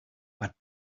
but